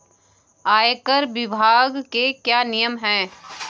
आयकर विभाग के क्या नियम हैं?